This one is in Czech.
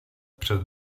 přes